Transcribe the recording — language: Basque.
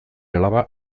alaba